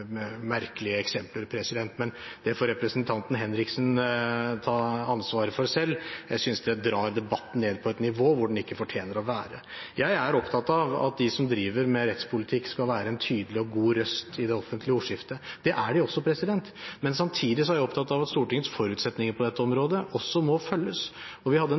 merkelige eksempler, men det får representanten Henriksen ta ansvar for selv. Jeg synes det drar debatten ned på et nivå hvor den ikke fortjener å være. Jeg er opptatt av at de som driver med rettspolitikk, skal være en tydelig og god røst i det offentlige ordskiftet. Det er de også. Men samtidig er jeg opptatt av at Stortingets forutsetninger på dette området også må følges. Vi hadde en